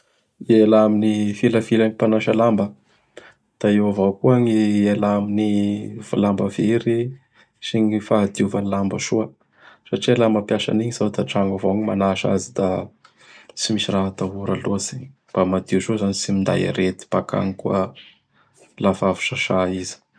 Iala amin'gny filafilan'gny mpanasa lamba. Da eo avao koa gny iala amin'gny lamba very sy gny fahadiovan'gny lamba soa satria raha manasa anigny izao da atragno avao manasa azy; da tsy misy raha atahora loatsy igny. Mba madio soa izany tsy minday arety bakagny koa laha fa avy sasa izy.